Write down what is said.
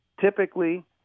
Typically